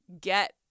get